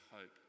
hope